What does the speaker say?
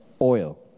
Oil